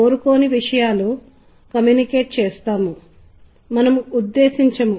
అది మీకు ఆమోదయోగ్యంగా ఉంటుందా